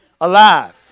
alive